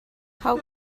how